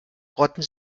rotten